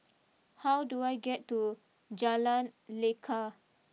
how do I get to Jalan Lekar